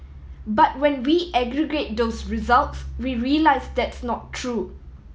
but when we aggregate those results we realise that's not true